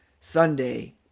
Sunday